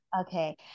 Okay